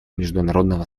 международного